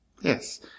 Yes